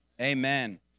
amen